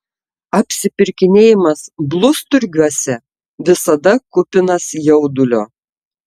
apsipirkinėjimas blusturgiuose visada kupinas jaudulio